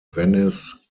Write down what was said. venice